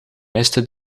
miste